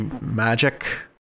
magic